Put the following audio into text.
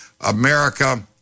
America